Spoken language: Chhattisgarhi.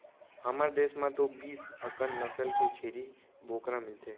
हमर देस म तो बीस अकन नसल के छेरी बोकरा मिलथे